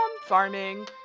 farming